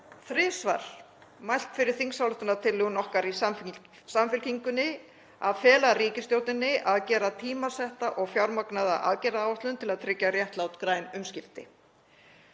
þrisvar mælt fyrir þingsályktunartillögu okkar í Samfylkingunni um að fela ríkisstjórninni að gera tímasetta og fjármagnaða aðgerðaáætlun til að tryggja réttlát græn umskipti.